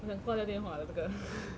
我想挂掉电话了这个